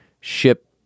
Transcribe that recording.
ship